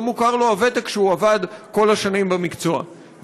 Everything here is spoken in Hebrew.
ולא מוכר לו הוותק של כל השנים שעבד במקצוע.